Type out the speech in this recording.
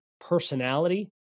personality